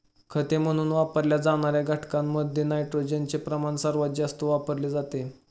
खते म्हणून वापरल्या जाणार्या घटकांमध्ये नायट्रोजनचे प्रमाण सर्वात जास्त वापरले जाते